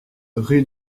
rue